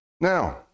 Now